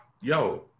yo